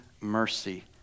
mercy